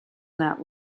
that